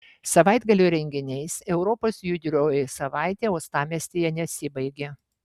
savaitgalio renginiais europos judrioji savaitė uostamiestyje nesibaigė